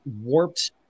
warped